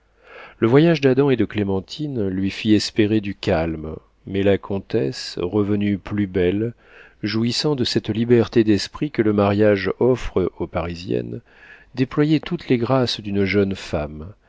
le voyage d'adam et de clémentine lui fit espérer du calme mais la comtesse revenue plus belle jouissant de cette liberté d'esprit que le mariage offre aux parisiennes déployait toutes les grâces d'une jeune femme